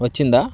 వచ్చిందా